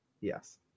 Yes